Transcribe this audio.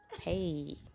hey